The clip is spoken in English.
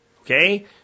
okay